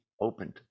opened